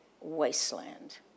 wasteland